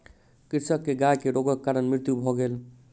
कृषक के गाय के रोगक कारण मृत्यु भ गेल